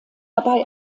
dabei